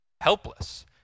helpless